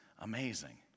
Amazing